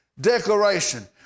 declaration